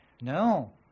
No